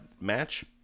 match